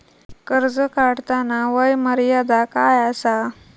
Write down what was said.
कर्ज काढताना वय मर्यादा काय आसा?